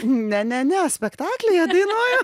ne ne ne spektaklyje dainuoju